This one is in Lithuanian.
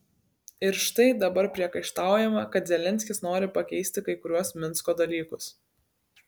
ir štai dabar priekaištaujama kad zelenskis nori pakeisti kai kuriuos minsko dalykus